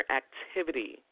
activity